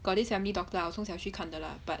got this family doctor ah 我从小去看的 lah but